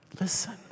listen